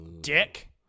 Dick